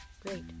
great